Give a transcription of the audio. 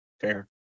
Fair